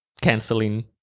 canceling